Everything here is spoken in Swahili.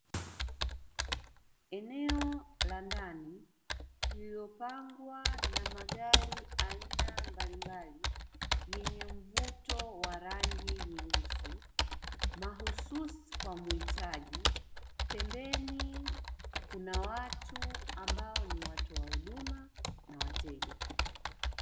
Eneo la ndani lililopangwa na magari ya aina mbalimbali yenye mvuto wa rangi nyeusi, mahususi kwa muhitaji, pembeni kuna ambao ni watu wazima na wateja.